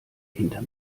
hinter